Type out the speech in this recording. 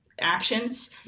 actions